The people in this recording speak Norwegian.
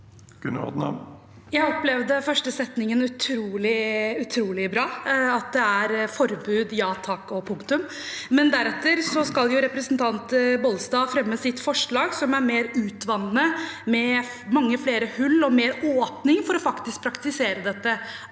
Jeg opplevde den første setningen som utrolig bra – at det er forbud, ja takk og punktum – men deretter skal representanten Bollestad fremme sitt forslag som er mer utvannende, med mange flere hull og mer åpning for faktisk å praktisere dette.